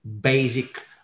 basic